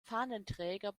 fahnenträger